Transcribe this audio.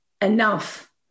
Enough